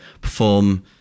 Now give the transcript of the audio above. perform